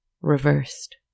reversed